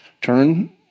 turn